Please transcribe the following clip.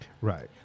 Right